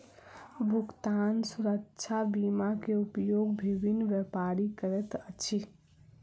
भुगतान सुरक्षा बीमा के उपयोग विभिन्न व्यापारी करैत अछि